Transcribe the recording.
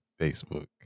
Facebook